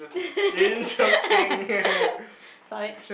stop it